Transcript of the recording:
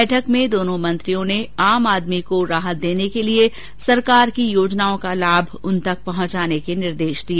बैठक में दोनों मंत्रियों ने आम आदमी को राहत देने के लिए सरकार की योजनाओं का लाभ उन तक पहंचाने के निर्देश दिए